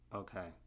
okay